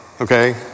okay